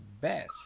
best